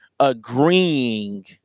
Agreeing